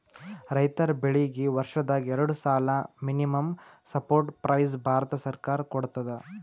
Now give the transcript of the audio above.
ರೈತರ್ ಬೆಳೀಗಿ ವರ್ಷದಾಗ್ ಎರಡು ಸಲಾ ಮಿನಿಮಂ ಸಪೋರ್ಟ್ ಪ್ರೈಸ್ ಭಾರತ ಸರ್ಕಾರ ಕೊಡ್ತದ